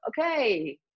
okay